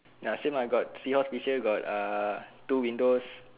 ya same lah got seahorse picture got uh two windows